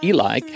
Eli